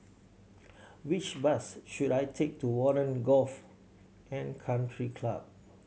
which bus should I take to Warren Golf and Country Club